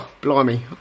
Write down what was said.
blimey